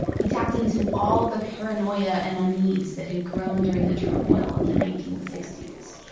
he tapped into all the paranoia and unease that had grown during the turmoil of the nineteen sixty s.